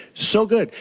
so good,